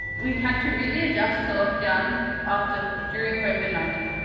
we had to really adjust to lockdown after. during covid nineteen.